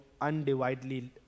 undivided